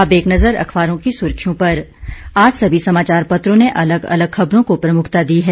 अब एक नज़र अखबारों की सुर्खियों पर आज सभी समाचार पत्रों ने अलग अलग खबरों को प्रमुखता दी है